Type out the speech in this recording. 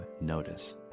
notice